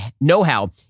know-how